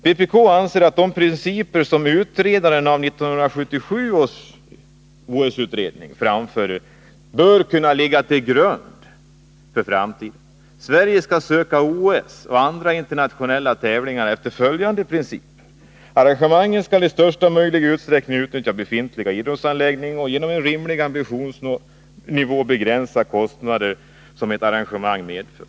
Vpk anser att de principer som 1977 års utredning framförde bör kunna ligga till grund för framtiden. Sverige skall söka OS och andra internationella tävlingar enligt följande principer: Arrangemangen bör i största möjliga utsträckning utnyttja befintliga idrottsanläggningar, och man bör genom en rimlig ambitionsnivå begränsa de kostnader som arrangemangen medför.